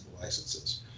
licenses